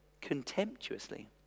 contemptuously